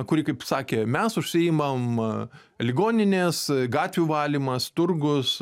kuri kaip sakė mes užsiimam ligoninės gatvių valymas turgus